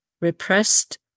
repressed